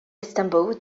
istanbul